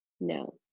No